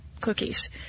cookies